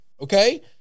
Okay